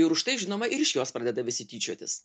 ir už tai žinoma ir iš jos pradeda visi tyčiotis